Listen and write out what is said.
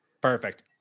perfect